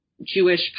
Jewish